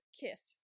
KISS